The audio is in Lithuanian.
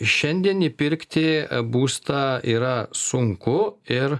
šiandien įpirkti būstą yra sunku ir